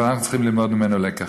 אבל אנחנו צריכים ללמוד ממנו לקח.